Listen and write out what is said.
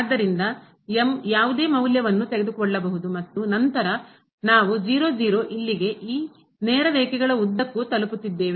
ಆದ್ದರಿಂದ m ಯಾವುದೇ ಮೌಲ್ಯವನ್ನು ತೆಗೆದುಕೊಳ್ಳಬಹುದು ಮತ್ತು ನಂತರ ನಾವು ಇಲ್ಲಿಗೆ ಈ ನೇರ ರೇಖೆಗಳ ಉದ್ದಕ್ಕೂ ತಲುಪುತ್ತಿದ್ದೇವೆ